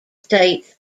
states